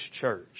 church